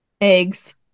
eggs